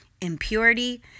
impurity